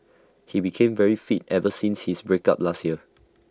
he became very fit ever since his break up last year